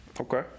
Okay